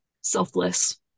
selfless